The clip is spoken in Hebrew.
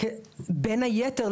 בין היתר,